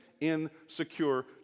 insecure